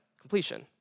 Completion